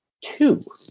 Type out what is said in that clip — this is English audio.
Two